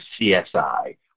CSI